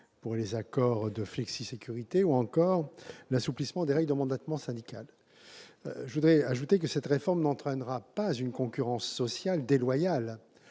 pour les accords de flexisécurité ou encore l'assouplissement des règles de mandatement syndical. Par ailleurs, cette réforme n'entraînera pas une concurrence sociale déloyale